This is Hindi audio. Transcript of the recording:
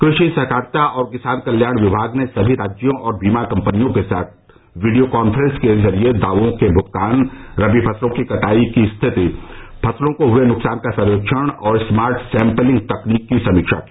कृषि सहकारिता और किसान कल्याण विभाग ने सभी राज्यों और बीमा कपनियों के साथ वीडियों कांफ्रेंस के जरिये दावों के भुगतान रबी फसलों की कटाई की स्थिति फसलों को हुए नुकसान का सर्वेक्षण और स्मार्ट सैंप्लिंग तकनीक की समीक्षा की